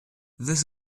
this